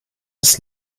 ist